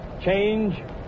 change